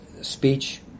speech